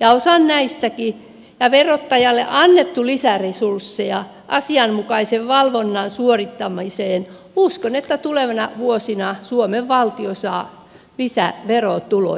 ja osa näistäkin ja verottajalle on annettu lisäresursseja asianmukaisen valvonnan suorittamiseen uskon että tulevina vuosina suomen valtio saa lisää verotuloja